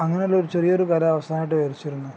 അങ്ങനെയുള്ള ഒരു ചെറിയ ഒരു അവസാനമായിട്ട് വരച്ചിരുന്നു